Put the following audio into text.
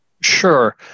Sure